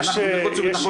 אנחנו בחוץ וביטחון אפס.